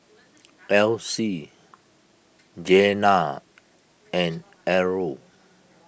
Essie Jenna and Errol